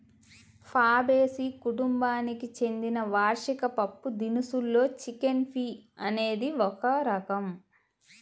Fabaceae కుటుంబానికి చెందిన వార్షిక పప్పుదినుసుల్లో చిక్ పీ అనేది ఒక రకం